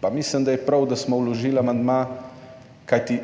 pa mislim, da je prav, da smo vložili amandma. Kajti,